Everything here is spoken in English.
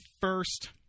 first